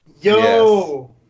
Yo